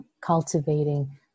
cultivating